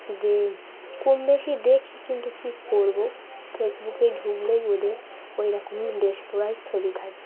দে কম বেশি দেখি কিন্তু কী করবো ফেসবুকেই ঢুকলেই ওদের ওইরকম ড্রেস পড়ায়ের ছবি থাকে